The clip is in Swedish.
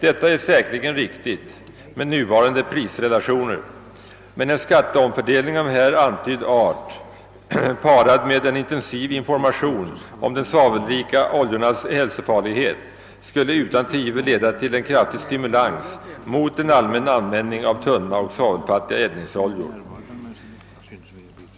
Detta är säkerligen riktigt med nuvarande prisrelationer, men en skatteomfördelning av här antydd art parad med en intensiv information om de svavelrika oljornas hälsofarlighet skulle utan tvivel leda till en kraftig stimulans mot en allmän användning av tunna och svavelfattiga eldningsoljor.